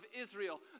Israel